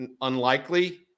unlikely